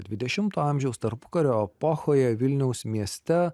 dvidešimto amžiaus tarpukario epochoje vilniaus mieste